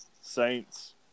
Saints